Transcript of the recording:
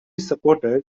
supported